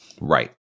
Right